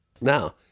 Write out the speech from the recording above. Now